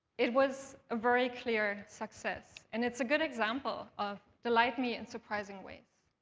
it was a very clear success, and it's a good example of delight me in surprising ways.